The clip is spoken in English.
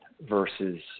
versus